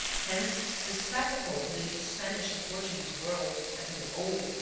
hence the spectacle in the new spanish and portuguese world, as in the old,